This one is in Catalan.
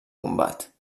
combat